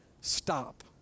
stop